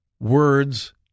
words